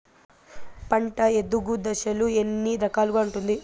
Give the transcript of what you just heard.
పంట ఎదుగు దశలు ఎన్ని రకాలుగా ఉంటుంది?